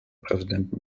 präsidenten